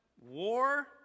war